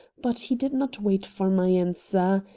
but he did not wait for my answer.